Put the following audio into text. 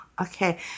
Okay